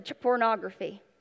pornography